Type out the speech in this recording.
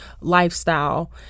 lifestyle